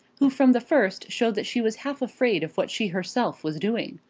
who from the first showed that she was half afraid of what she herself was doing.